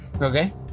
Okay